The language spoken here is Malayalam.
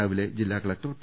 രാവിലെ ജില്ലാ കലക്ടർ പി